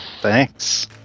Thanks